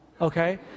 okay